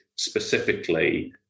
specifically